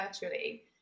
virtually